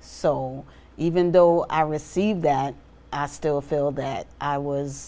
so even though i received that i still feel that i was